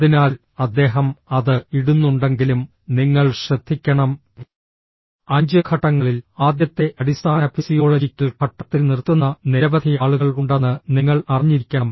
അതിനാൽ അദ്ദേഹം അത് ഇടുന്നുണ്ടെങ്കിലും നിങ്ങൾ ശ്രദ്ധിക്കണം 5 ഘട്ടങ്ങളിൽ ആദ്യത്തെ അടിസ്ഥാന ഫിസിയോളജിക്കൽ ഘട്ടത്തിൽ നിർത്തുന്ന നിരവധി ആളുകൾ ഉണ്ടെന്ന് നിങ്ങൾ അറിഞ്ഞിരിക്കണം